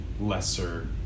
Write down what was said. lesser